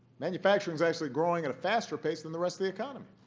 manufacturing is actually growing at a faster pace than the rest of the economy.